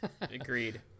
Agreed